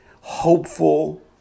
hopeful